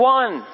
one